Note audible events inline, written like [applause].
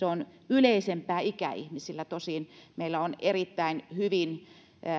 [unintelligible] on yleisempää ikäihmisillä tosin meillä on erittäin hyvin